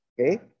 okay